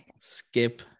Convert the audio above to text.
skip